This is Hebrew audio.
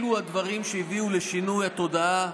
אלה הדברים שהביאו לשינוי התודעה,